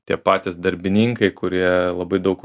tie patys darbininkai kurie labai daug